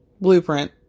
Blueprint